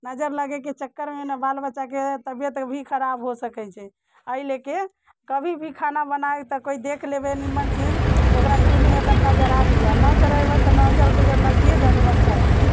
नजरि लगैके चक्करमे ने बाल बच्चाके तबियत भी खराब हो सकै छै अइ लेके कभी भी खाना बनाइ तऽ कोइ देख लेबे कोइ निमन चीज तऽ ओकरा चुल्हिमे तनिका जड़ा दियऽ नहि जड़ेबै तऽ नजरि गुजरि लागिये जायत बच्चाके